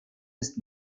ist